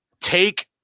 take